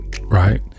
right